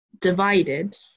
divided